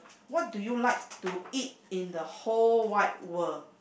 what do you like to eat in the whole wide world